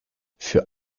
für